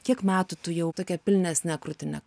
kiek metų tu jau tokia pilnesne krūtine